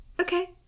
Okay